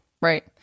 right